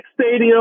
stadium